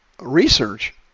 research